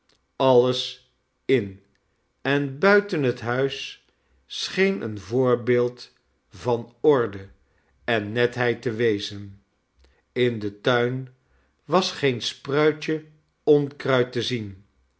alles in en buiten het huis scheen een voorbeeld van orde en netheid te wezen in den tuin was geen spruitje onkruid te zien